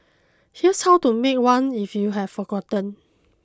here's how to make one if you have forgotten